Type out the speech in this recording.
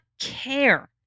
care